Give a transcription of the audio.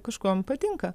kažkuom patinka